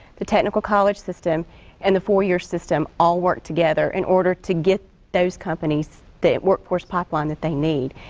the technical college system and the four year system all work together in order to get those companies the workforce pipeline that they need.